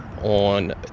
on